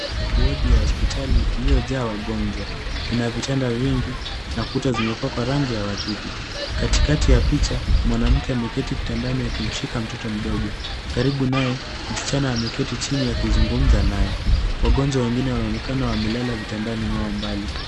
Wodi hospital iliyojaa wagonjwa. Ina vitanda vingi na kuta zimepakwa rangi ya waridi. Katikati ya picha, mwanamke ameketi kitandani akimshika mtoto mdogo. karibu naye msichana ameketi chini ya akizungumza naye. Wagonjwa wengine wanaonekana wamelala vitandani mwao mbali.